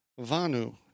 Vanu